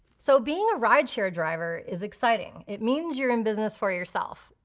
so being a rideshare driver is exciting. it means you're in business for yourself.